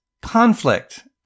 conflict